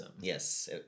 Yes